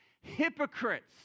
hypocrites